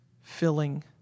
filling